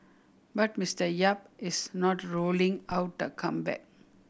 but Mister Yap is not ruling out a comeback